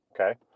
okay